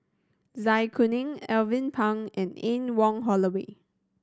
Zai Kuning Alvin Pang and Anne Wong Holloway